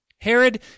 Herod